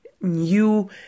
new